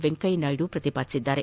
ವೆಂಕಯ್ದ ನಾಯ್ದು ಪ್ರತಿಪಾದಿಸಿದ್ದಾರೆ